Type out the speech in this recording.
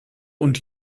und